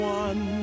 one